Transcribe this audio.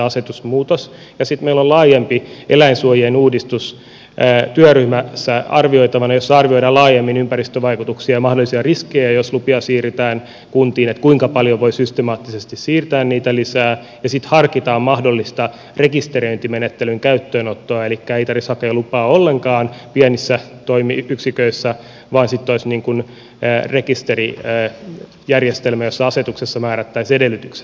sitten meillä on laajempi eläinsuojien uudistus arvioitavana työryhmässä jossa arvioidaan laajemmin ympäristövaikutuksia ja mahdollisia riskejä jos lupia siirretään kuntiin että kuinka paljon voi systemaattisesti siirtää niitä lisää ja sitten harkitaan mahdollista rekisteröintimenettelyn käyttöönottoa elikkä ei tarvitsisi hakea lupaa ollenkaan pienissä toimiyksiköissä vaan olisi rekisterijärjestelmä jossa asetuksessa mää rättäisiin edellytykset